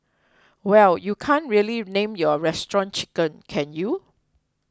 well you can't really name your restaurant Chicken can you